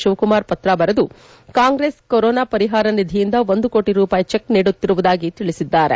ಶಿವಕುಮಾರ್ ಪತ್ರ ಬರೆದು ಕಾಂಗ್ರೆಸ್ ಕೊರೊನಾ ಪರಿಹಾರ ನಿಧಿಯಿಂದ ಒಂದು ಕೋಟಿ ರೂಪಾಯಿ ಚೆಕ್ ನೀಡುತ್ತಿರುವುದಾಗಿ ತಿಳಿಸಿದ್ದಾರೆ